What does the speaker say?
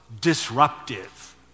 disruptive